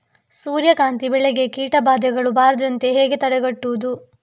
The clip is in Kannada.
ಸೂರ್ಯಕಾಂತಿ ಬೆಳೆಗೆ ಕೀಟಬಾಧೆಗಳು ಬಾರದಂತೆ ಹೇಗೆ ತಡೆಗಟ್ಟುವುದು?